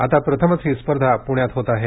आता प्रथमच ही स्पर्धा पूण्यात होत आहे